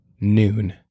noon